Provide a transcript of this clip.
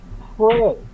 pray